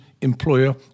employer